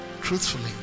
truthfully